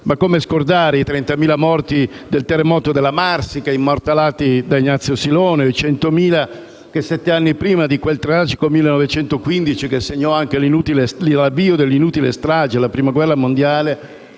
dimenticare i 30.000 morti del terremoto della Marsica immortalati da Ignazio Silone, e i 100.000 che sette anni prima di quel tragico 1915, che segnò l'avvio dell'inutile strage della Prima guerra mondiale,